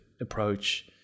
approach